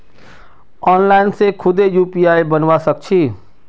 online से खुदे UPI बनवा सक छी